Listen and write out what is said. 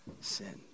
sin